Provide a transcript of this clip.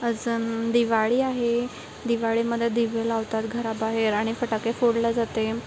अजून दिवाळी आहे दिवाळीमध्ये दिवे लावतात घराबाहेर आणि फटाके फोडल्या जाते